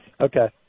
Okay